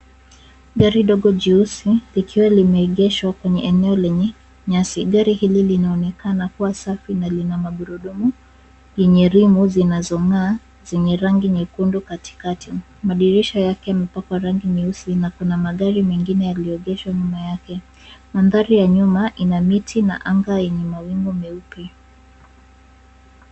Gari ndogo jeusi likiwa limeegeshwa kwenye eneo lenye nyasi. Gari hili linaonekana kuwa safi na lina magurudumu yenye rimu zinazong'aa, zenye rangi nyekundu katikati. Madirisha yake yamepakwa rangi nyeusi na kuna magari mengine, yaliyoegeshwa nyuma yake. Mandhari ya nyuma ina miti na anga yenye mawingu meupe.